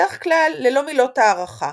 בדרך כלל ללא מילות הערכה,